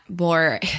more